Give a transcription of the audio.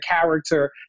character